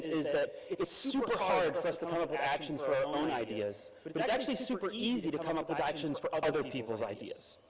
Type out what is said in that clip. is that it's super hard for us to come up with actions for our own ideas, but but it's actually super easy to come up with actions for other people's ideas.